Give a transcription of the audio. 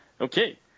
Okay